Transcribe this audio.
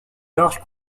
larges